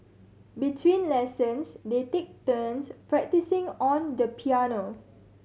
between lessons they take turns practising on the piano